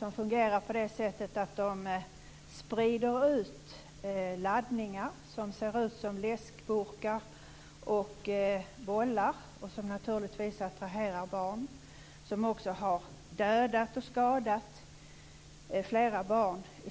De fungerar på det sättet att de sprider ut laddningar som ser ut som läskburkar och bollar, och som naturligtvis attraherar barn. De har också dödat och skadat flera barn i